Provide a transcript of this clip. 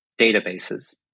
databases